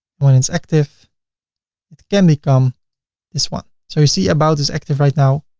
when it's active it can become this one. so you see, about is active right now.